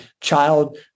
child